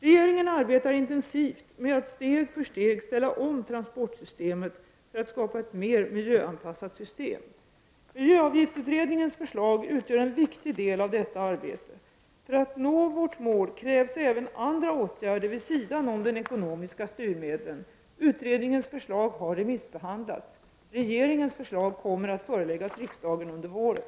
Regeringen arbetar intensivt med att steg för steg ställa om transportsystemet för att skapa ett mer miljöanpassat system. Miljöavgiftsutredningens förslag utgör en viktig del av detta arbete. För att nå vårt mål krävs även andra åtgärder vid sidan av de ekonomiska styrmedlen. Utredningens förslag har remissbehandlats. Regeringens förslag kommer att föreläggas riksdagen under våren.